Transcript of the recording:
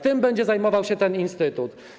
Tym będzie zajmował się ten instytut.